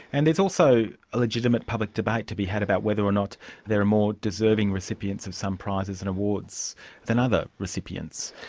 and there's also a legitimate public debate to be had about whether or not there are more deserving recipients of some prizes and awards than other recipients.